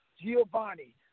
Giovanni